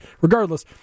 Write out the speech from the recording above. regardless